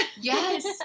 Yes